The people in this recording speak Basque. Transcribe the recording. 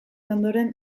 ondoren